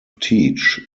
teach